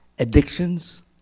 addictions